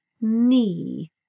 knee